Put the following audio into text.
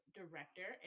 director